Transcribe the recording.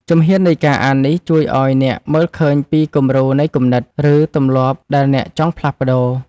ជំហាននៃការអាននេះ ជួយឱ្យអ្នកមើលឃើញពីគំរូនៃគំនិត ឬទម្លាប់ដែលអ្នកចង់ផ្លាស់ប្តូរ។